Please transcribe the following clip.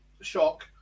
Shock